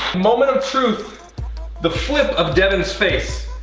moment of truth the flip of devan's face.